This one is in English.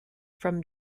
from